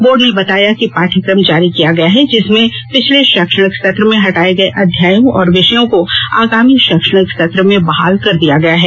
board ने नया पाठ्यक्रम जारी किया है जिसमें पिछले शैक्षणिक सत्र में हटाये गये अध्यायों और विषयों को अगामी शैक्षणिक सत्र में बहाल कर दिया गया है